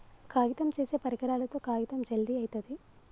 కాగితం చేసే పరికరాలతో కాగితం జల్ది అయితది